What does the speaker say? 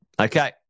Okay